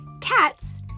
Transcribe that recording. Cats